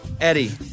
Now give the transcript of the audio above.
Eddie